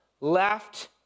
left